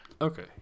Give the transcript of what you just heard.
okay